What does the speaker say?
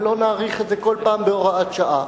ולא נאריך את זה כל פעם בהוראת שעה